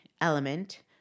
element